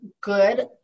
good